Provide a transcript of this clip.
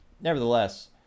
nevertheless